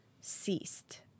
ceased